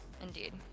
Indeed